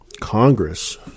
Congress